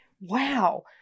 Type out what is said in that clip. Wow